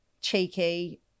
cheeky